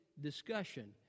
discussion